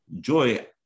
Joy